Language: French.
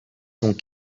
sont